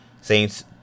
Saints